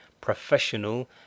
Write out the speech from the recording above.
professional